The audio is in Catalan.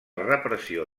repressió